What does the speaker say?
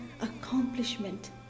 accomplishment